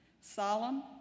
solemn